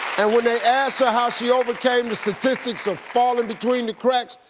and when they asked her how she overcame the statistics of falling between the cracks,